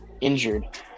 injured